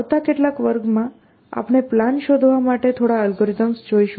આવતા કેટલાક વર્ગમાં આપણે પ્લાન શોધવા માટે થોડા અલ્ગોરિધમ્સ જોઈશું